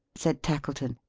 said tackleton.